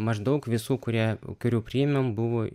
maždaug visų kurie kurių priėmėm buvo